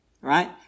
right